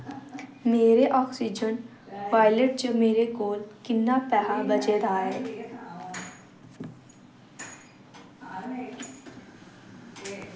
मेरे oxygen wallet च मेरे कोल किन्ना पैहा बचे दा ऐ